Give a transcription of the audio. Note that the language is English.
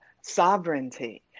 sovereignty